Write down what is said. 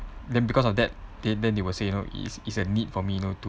then because of that they then they will say you know is is a need for me you know to